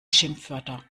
schimpfwörter